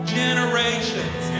generations